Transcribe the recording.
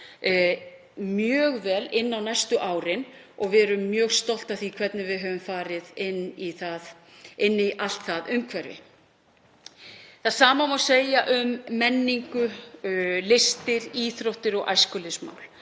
mjög vel á næstu árum og við erum mjög stolt af því hvernig við höfum farið inn í allt það umhverfi. Það sama má segja um menningu, listir, íþróttir og æskulýðsmál.